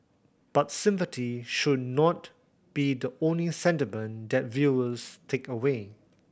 but sympathy should not be the only sentiment that viewers take away